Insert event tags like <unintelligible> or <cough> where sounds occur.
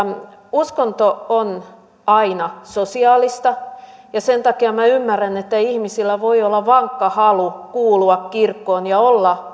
uskonto on aina sosiaalista ja sen takia minä ymmärrän että ihmisillä voi olla vankka halu kuulua kirkkoon ja olla <unintelligible>